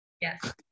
Yes